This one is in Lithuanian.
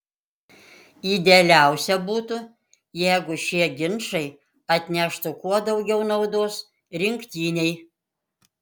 idealiausia būtų jeigu šie ginčai atneštų kuo daugiau naudos rinktinei